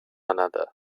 another